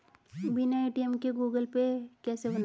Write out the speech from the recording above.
बिना ए.टी.एम के Google Pay कैसे बनायें?